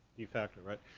key factor, right?